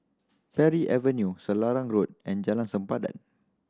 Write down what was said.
Parry Avenue Selarang Road and Jalan Sempadan